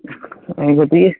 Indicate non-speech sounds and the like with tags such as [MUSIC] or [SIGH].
[UNINTELLIGIBLE]